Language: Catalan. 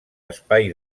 espai